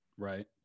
Right